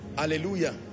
hallelujah